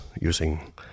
using